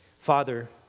Father